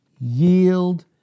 yield